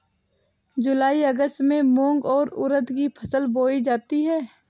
जूलाई अगस्त में मूंग और उर्द की फसल बोई जाती है